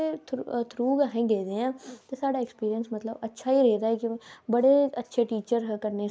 ओह् ज्यादातर टीवी तूं सुनी लेंदे ना क्योंकि अख़वारां नेई पढी़ सकदे ओह् ना उंहेगी पढ़ना आंदिया